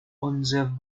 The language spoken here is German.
unser